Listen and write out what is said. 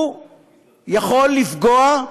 הוא יכול לפגוע,